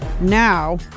now